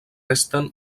resten